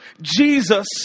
Jesus